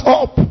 up